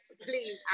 please